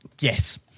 Yes